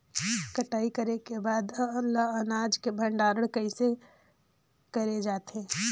कटाई करे के बाद ल अनाज के भंडारण किसे करे जाथे?